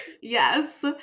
Yes